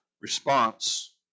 response